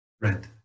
red